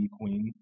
Queen